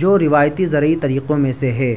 جو روایتی زرعی طریقوں میں سے ہے